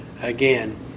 again